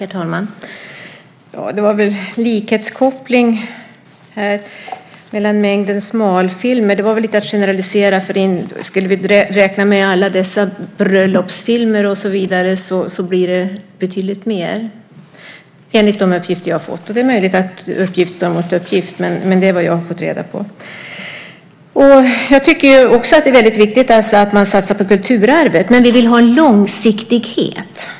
Herr talman! Det var en likhetskoppling med mängden smalfilmer. Det var väl lite att generalisera, för om vi skulle räkna med alla dessa bröllopsfilmer och så vidare blir det betydligt mer, enligt de uppgifter jag har fått. Det är möjligt att uppgift står mot uppgift, men det är vad jag har fått reda på. Jag tycker också att det är väldigt viktigt att man satsar på kulturarvet, men vi vill ha en långsiktighet.